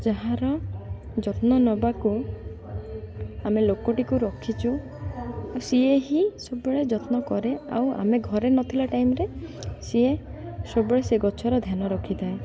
ଯାହାର ଯତ୍ନ ନବାକୁ ଆମେ ଲୋକଟିକୁ ରଖିଛୁ ସିଏ ହିଁ ସବୁବେଳେ ଯତ୍ନ କରେ ଆଉ ଆମେ ଘରେ ନଥିଲା ଟାଇମ୍ରେ ସିଏ ସବୁବେଳେ ସେ ଗଛର ଧ୍ୟାନ ରଖିଥାଏ